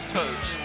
coach